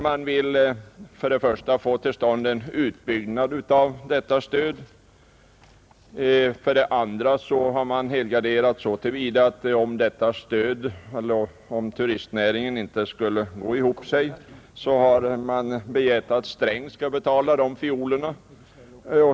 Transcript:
För det första vill man få till stånd en utbyggnad av detta stöd, för det andra har man helgarderat så till vida att man begärt att om turistnäringen inte skulle gå ihop skall Sträng betala fiolerna.